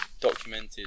documented